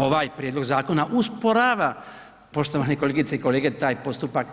Ovaj prijedlog zakona usporava poštovane kolegice i kolege taj postupak